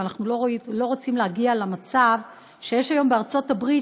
אבל אנחנו לא רוצים להגיע למצב שיש היום בארצות הברית,